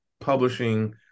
publishing